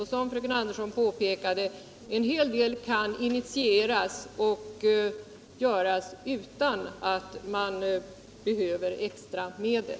Men som fröken Andersson påpekade kan också en hel del initieras och göras utan att det behövs extra medel.